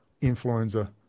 influenza